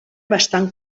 bastant